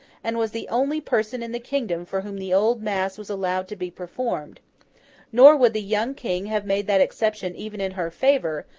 and was the only person in the kingdom for whom the old mass was allowed to be performed nor would the young king have made that exception even in her favour,